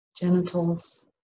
genitals